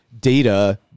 data